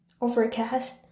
Overcast